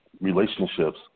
relationships